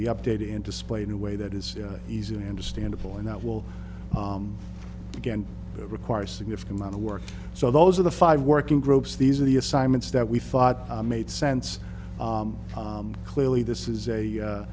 be updated and displayed in a way that is easily understandable and that will again require significant amount of work so those are the five working groups these are the assignments that we thought made sense clearly this is a